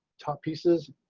top pieces.